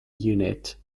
unit